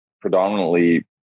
predominantly